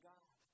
God